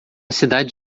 cidade